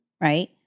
right